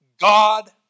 God